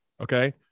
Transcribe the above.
Okay